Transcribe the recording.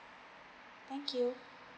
thank you